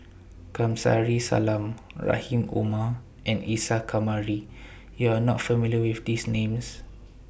Kamsari Salam Rahim Omar and Isa Kamari YOU Are not familiar with These Names